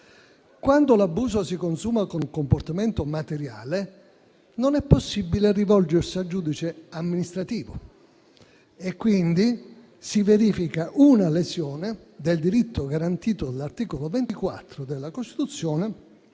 Quando l'abuso si consuma con un comportamento materiale, non è possibile rivolgersi al giudice amministrativo, quindi si verifica una lesione del diritto garantito dall'articolo 24 della Costituzione,